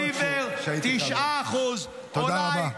יוניליוור, 9%. תודה רבה.